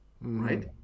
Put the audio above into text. right